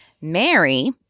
Mary